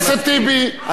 חבר הכנסת טיבי.